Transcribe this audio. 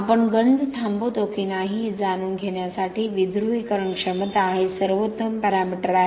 आपण गंज थांबवतो की नाही हे जाणून घेण्यासाठी विध्रुवीकरण क्षमता हे सर्वोत्तम पॅरामीटर आहे